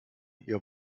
ihr